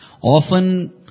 often